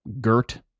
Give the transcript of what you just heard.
Gert